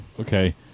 Okay